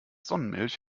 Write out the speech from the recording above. sonnenmilch